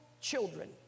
children